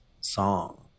song